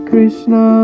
Krishna